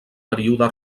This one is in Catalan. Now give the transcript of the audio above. període